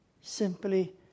simply